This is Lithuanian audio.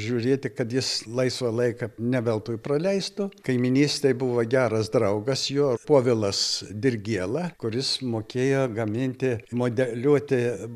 žiūrėti kad jis laisvą laiką ne veltui praleistų kaimynystėj buvo geras draugas jo povilas dirgėla kuris mokėjo gaminti modeliuoti